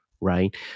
right